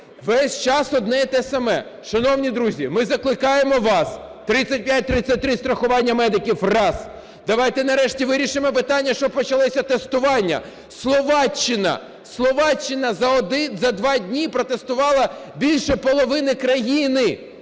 Весь час одне й те саме. Шановні друзі, ми закликаємо вас: 3533 страхування медиків – раз. Давайте нарешті вирішимо питання, щоб почалися тестування. Словаччина за 2 дні протестувала більше половини країни,